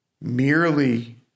merely